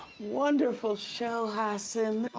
wonderful show, hasan. oh,